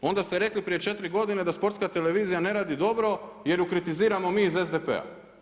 Onda ste rekli prije 4 godine sa Sportska televizija ne radi dobro jer ju kritiziramo mi iz SDP-a.